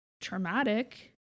traumatic